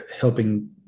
helping